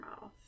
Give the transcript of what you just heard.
mouth